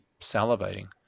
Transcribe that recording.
salivating